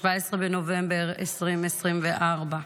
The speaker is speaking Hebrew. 17 בנובמבר 2024,